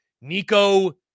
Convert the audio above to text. Nico